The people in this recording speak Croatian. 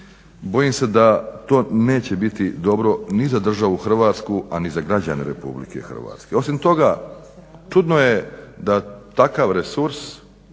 bojim se da to neće biti dobro ni za državu Hrvatsku, a ni za građane RH. Osim toga čudno je da takav resurs